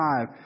five